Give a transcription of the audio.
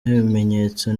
n’ibimenyetso